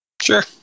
Sure